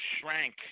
shrank